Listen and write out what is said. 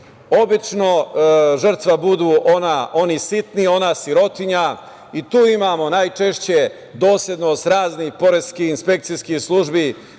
dobit. Obično žrtva budu oni sitni, ona sirotinja i tu imamo najčešće doslednost raznih poreskih, inspekcijskih službi,